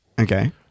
Okay